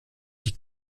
die